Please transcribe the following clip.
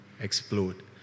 explode